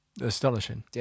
Astonishing